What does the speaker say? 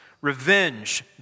Revenge